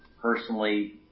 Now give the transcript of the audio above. personally